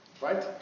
Right